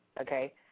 okay